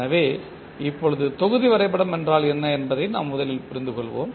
எனவே இப்பொழுது தொகுதி வரைபடம் என்றால் என்ன என்பதை நாம் முதலில் புரிந்து கொள்வோம்